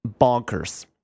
bonkers